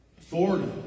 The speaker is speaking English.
Authority